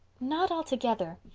not altogether.